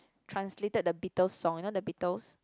translated the Beatle song you know the Beatles